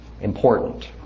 important